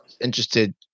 interested